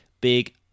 big